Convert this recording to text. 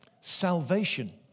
salvation